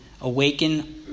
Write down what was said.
awaken